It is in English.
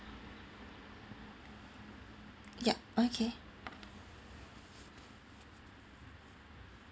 yup okay